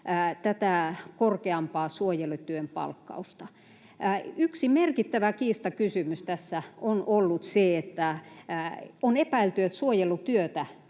tätä korkeampaa suojelutyön palkkausta. Yksi merkittävä kiistakysymys tässä on ollut se, että on epäilty, että suojelutyötä